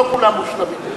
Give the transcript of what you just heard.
לא כולם מושלמים.